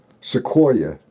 sequoia